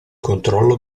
controllo